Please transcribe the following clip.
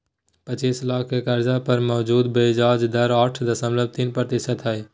पचीस लाख के कर्ज पर मौजूदा ब्याज दर आठ दशमलब तीन प्रतिशत हइ